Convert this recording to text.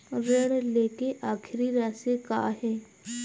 ऋण लेके आखिरी राशि का हे?